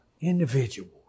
individuals